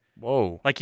Whoa